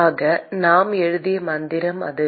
ஆக நாம் எழுதிய மந்திரம் அது